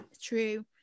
True